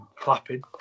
clapping